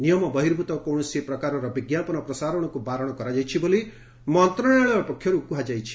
ନିୟମ ବହିର୍ଭୁତ କୌଣସି ପ୍ରକାରର ବିଜ୍ଞାପନ ପ୍ରସାରଣକ୍ର ବାରଣ କରାଯାଇଛି ବୋଲି ମନ୍ତ୍ରଣାଳୟ ପକ୍ଷରୁ କୁହାଯାଇଛି